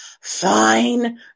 Fine